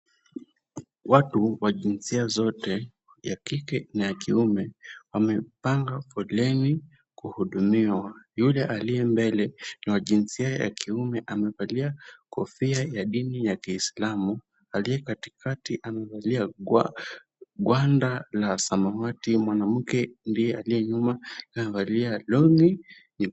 Watu wa jinsia zote ya kike na ya kiume wamepanga foleni kuhudumiwa, yule aliye mbele ni wa jinsia ya kiume amevalia kofia ya dini ya kiislamu na aliye katikati amevalia gwanda la samawati, mwanamke ndiye aliye nyuma amevalia longi nyekundu.